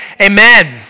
amen